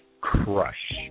Crush